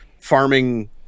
farming